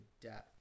death